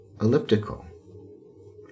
elliptical